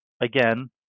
Again